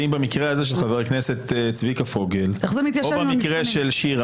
חוץ מלהתעלל בקורבנות אונס, אין לך שום